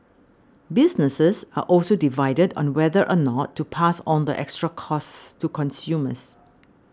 businesses are also divided on whether or not to pass on the extra costs to consumers